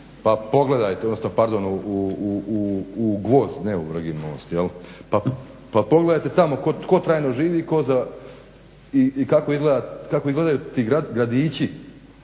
pa pogledajte odnosno pardon u Gvozd ne u Vrgin Most pa pogledajte tamo tko trajno živi tko i kako izgledaju ti gradići